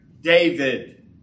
David